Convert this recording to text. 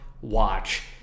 watch